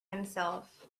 himself